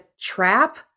trap